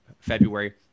february